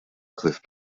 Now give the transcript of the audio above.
cliff